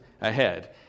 ahead